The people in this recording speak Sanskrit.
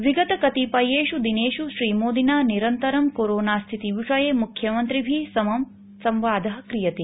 विगतकतिपयेषु दिनेषु श्रीमोदिना निरन्तरं कोरोनास्थितिविषये मुख्यमन्त्रिभिः समं संवादः क्रियते